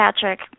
Patrick